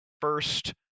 first